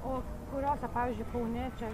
o kuriose pavyzdžiui kaune čia